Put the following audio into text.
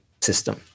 system